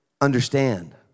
understand